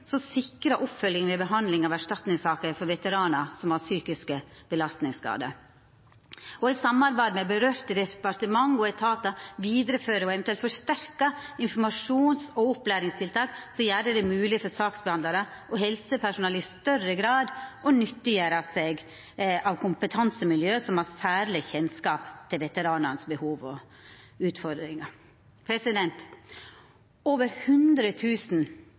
som sikrar oppfølging ved behandling av erstatningssaker for veteranar som har psykiske belastningsskadar i samarbeid med aktuelle departement og etatar å føra vidare og eventuelt forsterka informasjons- og opplæringstiltak som gjer det mogleg for saksbehandlarar og helsepersonell i større grad å nyttiggjera seg av kompetansemiljø som har særleg kjennskap til dei behova og utfordringane veteranar har Over